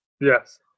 Yes